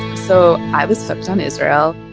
so i was hooked on israel.